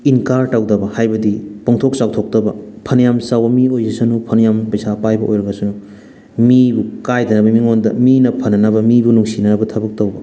ꯏꯟꯀꯥꯔ ꯇꯧꯗꯕ ꯍꯥꯏꯕꯗꯤ ꯄꯣꯡꯊꯣꯛ ꯆꯥꯎꯊꯣꯛꯇꯕ ꯐꯅꯌꯥꯝ ꯆꯥꯎꯕ ꯃꯤ ꯑꯣꯏꯖꯁꯅꯨ ꯐꯅꯌꯥꯝ ꯄꯩꯁꯥ ꯄꯥꯏꯕ ꯃꯤ ꯑꯣꯏꯔꯒꯁꯨ ꯃꯤꯕꯨ ꯀꯥꯏꯗꯅꯕ ꯃꯤꯉꯣꯟꯗ ꯃꯤꯅ ꯐꯅꯅꯕ ꯃꯤꯕꯨ ꯅꯨꯡꯁꯤꯅꯕ ꯊꯕꯛ ꯇꯧꯕ